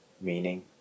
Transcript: Meaning